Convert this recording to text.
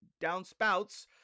downspouts